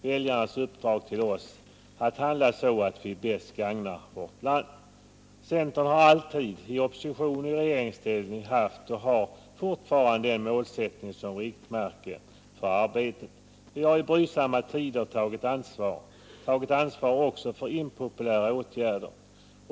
Väljarnas uppdrag till oss är att handla så att vi bäst gagnar vårt land. Centern har alltid i opposition och i regeringsställning haft och har fortfarande den målsättningen som riktmärke för arbetet. Vi har i brydsamma tider tagit ansvar, också för impopulära åtgärder.